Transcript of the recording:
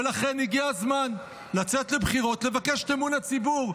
ולכן הגיע הזמן לצאת לבחירות ולבקש את אמון הציבור.